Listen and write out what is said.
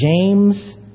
James